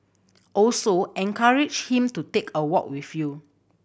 also encourage him to take a walk with you